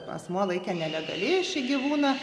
asmuo laikė nelegaliai šį gyvūną